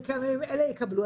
וכמה ימים אלה יקבלו.